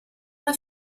una